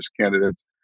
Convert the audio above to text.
candidates